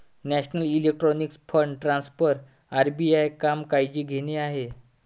national electronic fund transfer RBI काम काळजी घेणे आहे